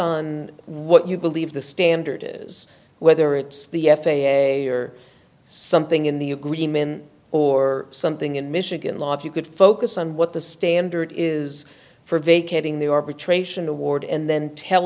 on what you believe the standard is whether it's the f a a or something in the agreement or something in michigan law you could focus on what the standard is for vacating the arbitration award and then tell